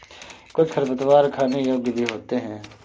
कुछ खरपतवार खाने योग्य भी होते हैं